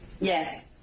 yes